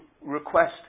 request